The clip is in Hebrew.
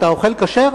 אתה אוכל כשר?